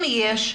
אם יש,